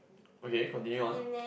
okay continue on